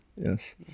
Yes